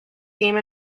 theme